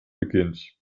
beginnt